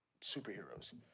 superheroes